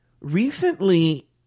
recently